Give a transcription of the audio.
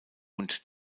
und